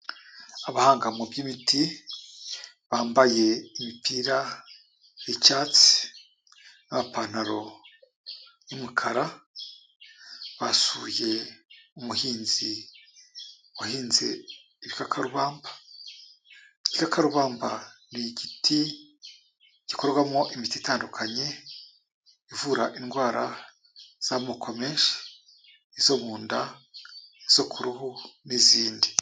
Abahanga mu by'ibiti bambaye imipira y'icyatsi n'amapantaro y'umukara, basuye umuhinzi wahinze igikakarumba. Igikakarubamba ni igiti gikorwamo imiti itandukanye ivura indwara z'amoko menshi: izo mu nda, izo ku ruhu n'izindi.